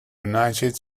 united